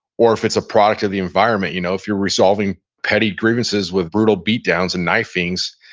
or if it's a product of the environment. you know if you're resolving petty grievances with brutal beat downs and knifings,